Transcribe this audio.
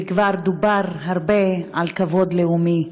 וכבר דובר הרבה על כבוד לאומי,